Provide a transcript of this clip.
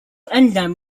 enzyme